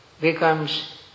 becomes